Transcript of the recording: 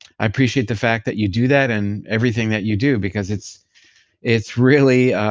i appreciate the fact that you do that and everything that you do because it's it's really,